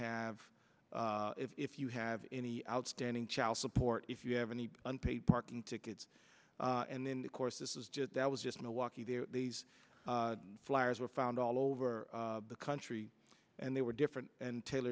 have if you have any outstanding child support if you have any unpaid parking tickets and then the course this is just that was just milwaukee these flyers were found all over the country and they were different and